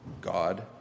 God